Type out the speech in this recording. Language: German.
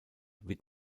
wird